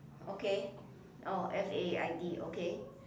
okay oh f a i d okay